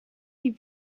die